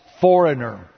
foreigner